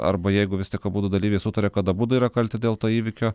arba jeigu vis tik abudu dalyviai sutaria kad abudu yra kalti dėl to įvykio